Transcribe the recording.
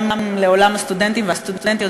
גם לעולם הסטודנטים והסטודנטיות,